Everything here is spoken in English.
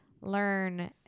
learn